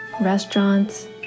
restaurants